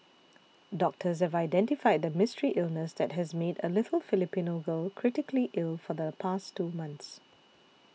doctors have identified the mystery illness that has made a little Filipino girl critically ill for the past two months